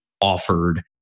offered